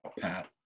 Pat